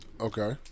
Okay